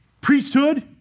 priesthood